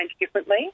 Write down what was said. differently